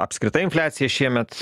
apskritai infliacija šiemet